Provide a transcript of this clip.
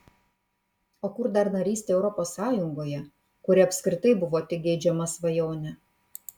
o kur dar narystė europos sąjungoje kuri apskritai buvo tik geidžiama svajonė